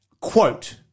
Quote